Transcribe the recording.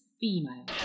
female